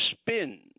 spin